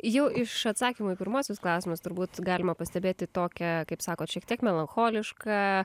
jau iš atsakymų į pirmuosius klausimus turbūt galima pastebėti tokią kaip sakot šiek tiek melancholišką